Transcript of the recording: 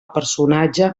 personatge